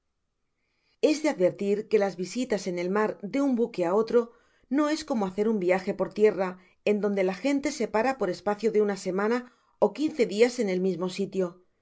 es de advertir que las visitas en el mar de un buque á otro no es como bacer un viaje por tierra en donde la gente se para por espacio de una semana ó quince di as en ra mismo sitio